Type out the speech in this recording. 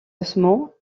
ossements